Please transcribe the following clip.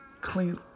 clean